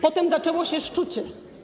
Potem zaczęło się szczucie.